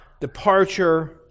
departure